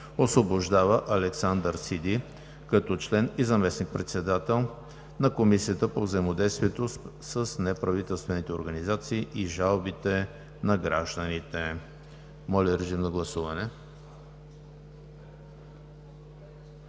Освобождава Александър Сиди като член и заместник-председател на Комисията по взаимодействието с неправителствените организации и жалбите на гражданите.“ Моля, режим на гласуване.